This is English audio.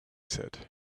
said